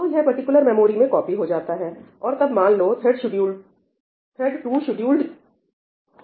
तो यह particular memory में कॉपी हो जाता है और तब मान लो थ्रेड 2 शेड्यूल्ड हो जाता है